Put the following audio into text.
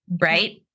right